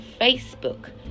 facebook